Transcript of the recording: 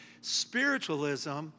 spiritualism